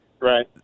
Right